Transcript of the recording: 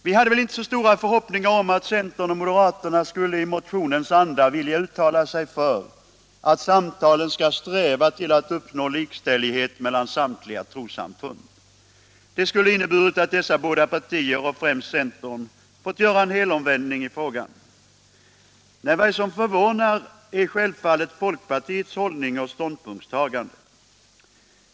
Vi hade väl inte så stora förhoppningar om att centern och moderaterna skulle i motionens anda vilja uttala sig för att samtalen skall sträva till att uppnå likställighet mellan samtliga trossamfund. Det skulle ha inneburit att dessa båda partier, främst centern, fått göra en helomvändning i frågan. Nej, vad som förvånar är självfallet folkpartiets hållning och ståndpunktstagande.